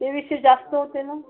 तेवीसशे जास्त होते ना